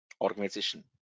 organization